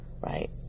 Right